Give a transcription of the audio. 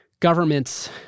Government's